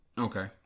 Okay